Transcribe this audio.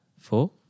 Four